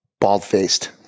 bald-faced